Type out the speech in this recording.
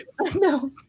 No